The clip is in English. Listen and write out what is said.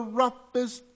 roughest